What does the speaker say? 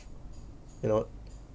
you know